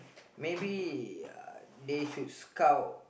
maybe they should scout